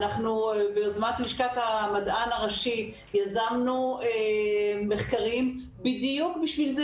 אנחנו ביוזמת לשכת המדען הראשית יזמנו מחקרים בדיוק בשביל זה,